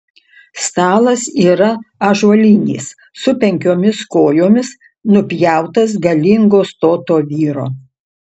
stalas yra ąžuolinis su penkiomis kojomis nupjautas galingo stoto vyro